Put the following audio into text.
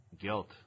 guilt